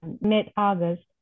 mid-August